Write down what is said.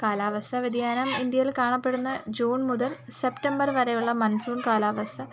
കാലാവസ്ഥ വ്യതിയാനം ഇന്ത്യയിൽ കാണപ്പെടുന്ന ജൂൺ മുതൽ സെപ്റ്റംബർ വരെയുള്ള മൺസൂൺ കാലാവസ്ഥ